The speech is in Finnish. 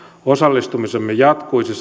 osallistumisemme jatkuisi